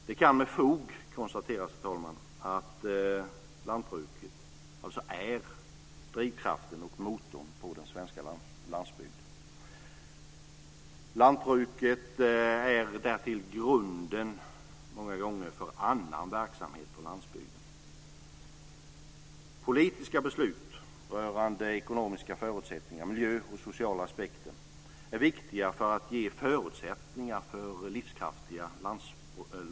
Det kan, herr talman, med fog konstateras att lantbruket är drivkraften och motorn på den svenska landsbygden. Lantbruket är därtill många gånger grunden för annan verksamhet på landsbygden. Politiska beslut rörande ekonomiska villkor, miljö och sociala aspekter är viktiga för att ge förutsättningar för livskraftiga lantbruksföretag.